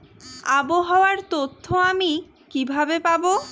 আবহাওয়ার তথ্য আমি কিভাবে পাবো?